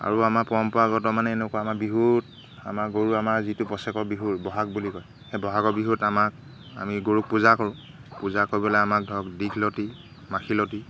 আৰু আমাৰ পৰম্পৰাগত মানে এনেকুৱা আমাৰ বিহুত আমাৰ গৰু আমাৰ যিটো বছেৰেকৰ বিহুৰ বহাগ বুলি কয় সেই বহাগৰ বিহুত আমাক আমি গৰুক পূজা কৰোঁ পূজা কৰিবলৈ আমাক ধৰক দীঘলতি মাখিলতি